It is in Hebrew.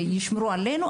שישמרו עליהם,